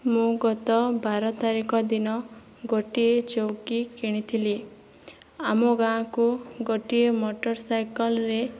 ମୁଁ ଗତ ବାର ତାରିଖ ଦିନ ଗୋଟିଏ ଚଉକି କିଣିଥିଲି ଆମ ଗାଁକୁ ଗୋଟିଏ ମୋଟର ସାଇକଲ୍ରେ